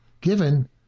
given